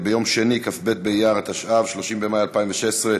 מי בעד ומי נגד העברת הנושא לדיון בוועדת הפנים?